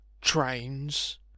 trains